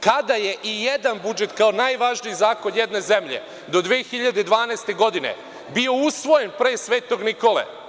Kada je i jedan budžet, kao najvažniji zakon jedne zemlje, do 2012. godine, bio usvojen pre Svetog Nikole?